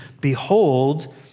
behold